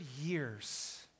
years